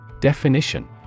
Definition